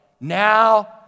Now